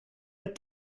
aet